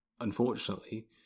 unfortunately